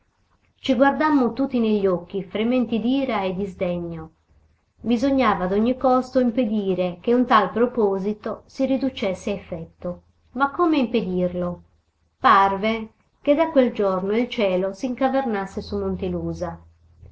ci guardammo tutti negli occhi frementi d'ira e di sdegno bisognava a ogni costo impedire che un tal proposito si riducesse a effetto ma come impedirlo parve che da quel giorno il cielo s'incavernasse su